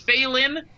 Phelan